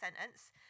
sentence